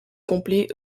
complet